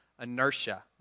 inertia